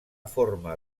forma